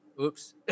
Oops